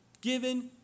given